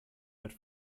bett